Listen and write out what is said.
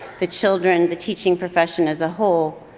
the children, the teaching profession as a whole,